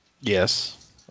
Yes